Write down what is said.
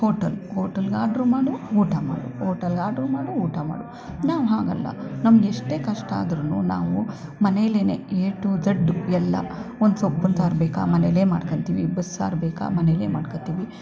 hotel ಹೋಟಲ್ಗೆ order ಮಾಡು ಊಟ ಮಾಡು ಓಟಲ್ಗೆ ಆರ್ಡ್ರು ಮಾಡು ಊಟ ಮಾಡು ನಾವು ಹಾಗಲ್ಲ ನಮ್ಗೆ ಎಷ್ಟೇ ಕಷ್ಟ ಆದ್ರೂ ನಾವು ಮನೇಲೆ ಎ ಟು ಝಡ್ಡು ಎಲ್ಲ ಒಂದು ಸೊಪ್ಪಿನ ಸಾರು ಬೇಕಾ ಮನೇಲೆ ಮಾಡ್ಕೊಳ್ತೀವಿ ಬಸ್ಸಾರು ಬೇಕಾ ಮನೇಲೆ ಮಾಡ್ಕೊಳ್ತೀವಿ